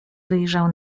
wyjrzał